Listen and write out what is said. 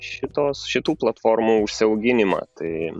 šitos šitų platformų užsiauginimą tai